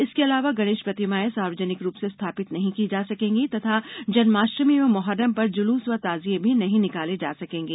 इसके अलावा गणेश प्रतिमाएं सार्वजनिक रूप से स्थापित नहीं का जा सकेंगी तथा जन्माष्टमी एवं मोहर्रम पर जुलूस व ताजिए भी नहीं निकाले जा सकेंगे